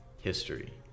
History